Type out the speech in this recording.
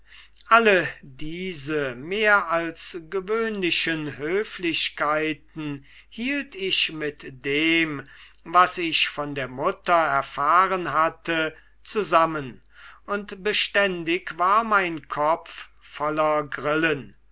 alle diese mehr als gewöhnlichen höflichkeiten hielt ich mit dem was ich von der mutter erfahren hatte zusammen und beständig war mein kopf voller grillen